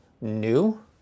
new